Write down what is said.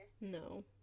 No